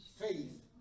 faith